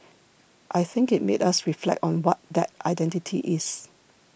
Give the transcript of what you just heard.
I think it made us reflect on what that identity is